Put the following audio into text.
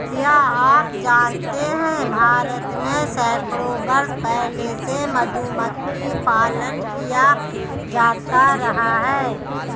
क्या आप जानते है भारत में सैकड़ों वर्ष पहले से मधुमक्खी पालन किया जाता रहा है?